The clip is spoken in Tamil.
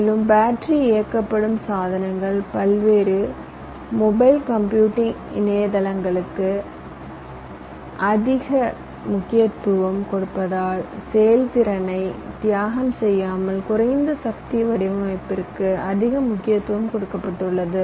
மேலும் பேட்டரி இயக்கப்படும் சாதனங்கள் மற்றும் பல்வேறு மொபைல் கம்ப்யூட்டிங் இயங்குதளங்களுக்கு அதிக முக்கியத்துவம் கொடுப்பதால் செயல்திறனை தியாகம் செய்யாமல் குறைந்த சக்தி வடிவமைப்பிற்கு அதிக முக்கியத்துவம் கொடுக்கப்பட்டுள்ளது